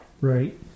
Right